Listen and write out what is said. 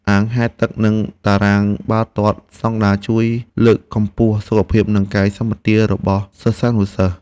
អាងហែលទឹកនិងតារាងបាល់ទាត់ស្តង់ដារជួយលើកកម្ពស់សុខភាពនិងកាយសម្បទារបស់សិស្សានុសិស្ស។